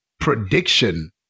prediction